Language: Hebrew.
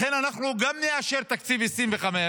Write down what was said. לכן אנחנו גם נאשר את תקציב 2025,